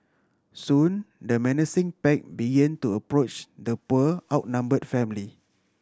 soon the menacing pack begin to approach the poor outnumbered family